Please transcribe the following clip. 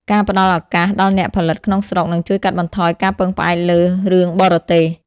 ការផ្តល់ឱកាសដល់អ្នកផលិតក្នុងស្រុកនឹងជួយកាត់បន្ថយការពឹងផ្អែកលើរឿងបរទេស។